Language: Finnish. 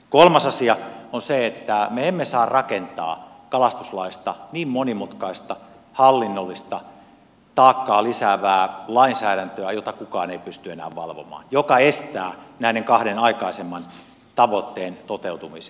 kolmas asia on se että me emme saa rakentaa kalastuslaista niin monimutkaista hallinnollista taakkaa lisäävää lainsäädäntöä jota kukaan ei pysty enää valvomaan joka estää näiden kahden aikaisemman tavoitteen toteutumisen